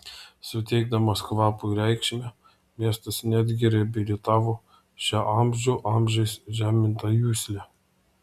suteikdamas kvapui reikšmę miestas netgi reabilitavo šią amžių amžiais žemintą juslę